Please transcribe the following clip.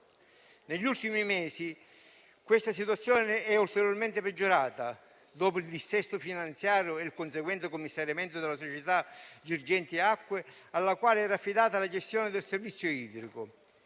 Negli ultimi mesi, questa situazione è ulteriormente peggiorata dopo il dissesto finanziario e il conseguente commissariamento della società Girgenti Acque SpA, alla quale era affidata la gestione del servizio idrico.